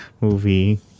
movie